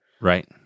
Right